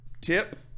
tip